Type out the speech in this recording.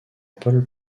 paul